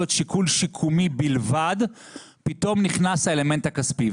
שיקול שיקומי בלבד פתאום נכנס האלמנט הכספי,